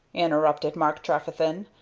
interrupted mark trefethen.